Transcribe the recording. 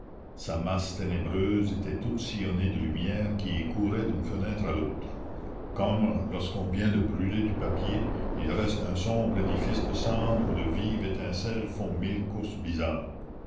sa masse ténébreuse était toute sillonnée de lumières qui y couraient d'une fenêtre à l'autre comme lorsqu'on vient de brûler du papier il reste un sombre édifice de cendre où de vives étincelles font mille courses bizarres